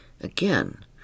Again